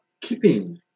keeping